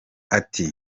ati